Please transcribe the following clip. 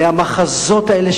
מהמחזות האלה,